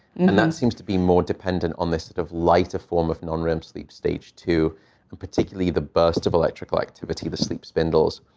and and that seems to be more dependent on this sort of lighter form of non-rem sleep stage two and particularly the burst of electrical activity the sleep spindles,